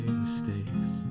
mistakes